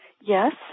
Yes